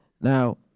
Now